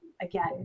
again